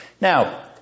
Now